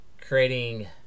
creating